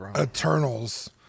Eternals